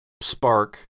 spark